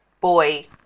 boy